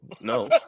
no